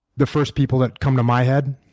the first people that come to my head